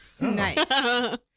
Nice